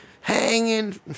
hanging